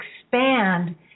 expand